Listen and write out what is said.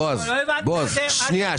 בועז --- לא הבנתי מה זה --- שנייה,